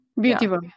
Beautiful